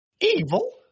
Evil